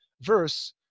verse